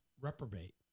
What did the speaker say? reprobate